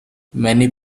many